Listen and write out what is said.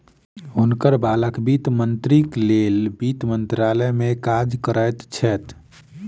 हुनकर बालक वित्त मंत्रीक लेल वित्त मंत्रालय में काज करैत छैथ